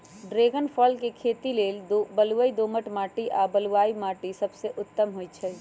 dragon फल के खेती लेल बलुई दोमट माटी आ बलुआइ माटि सबसे उत्तम होइ छइ